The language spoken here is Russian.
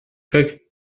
как